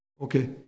Okay